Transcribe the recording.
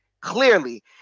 clearly